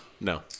No